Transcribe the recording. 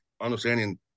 understanding